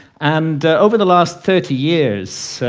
and over the last thirty years,